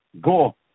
Go